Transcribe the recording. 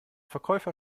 verkäufer